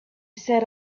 set